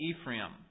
Ephraim